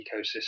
ecosystem